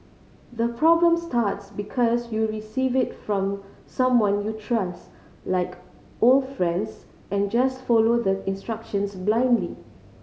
the problem starts because you receive it from someone you trust like old friends and just follow the instructions blindly